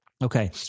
Okay